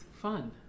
fun